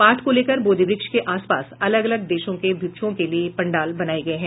पाठ को लेकर बोधिवक्ष के आसपास अलग अलग देशों के भिक्षुओं के लिए पंडाल बनाए गए है